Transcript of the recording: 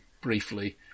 briefly